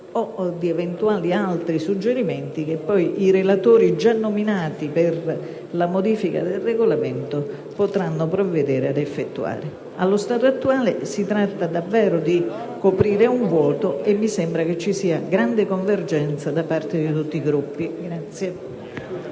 o di eventuali altri suggerimenti che poi i relatori già nominati per la modifica del Regolamento potranno provvedere ad effettuare. Allo stato attuale si tratta davvero di coprire un vuoto, e mi sembra vi sia grande convergenza da parte di tutti i Gruppi.